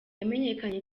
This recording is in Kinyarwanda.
yamenyekanye